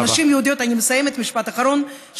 של נשים יהודיות תודה רבה.